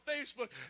Facebook